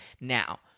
Now